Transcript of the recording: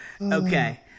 okay